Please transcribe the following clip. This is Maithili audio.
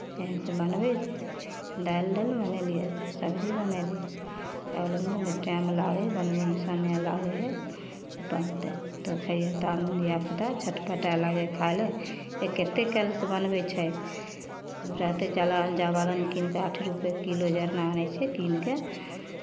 इएहसभ बनबै छियै दालि बनेलियै सब्जी बनयली चावल बनेलियै टाइम लागै हइ बनबयमे समय लागै हइ बनतै तब खइहेँ ताबेमे धियापुता छटपटाए लागय खाय लेल से कतेक कालसँ बनबै छै रहतै जलावन जलावन किनि कऽ आठ रुपैए किलो जरना अनै छियै कीनि कऽ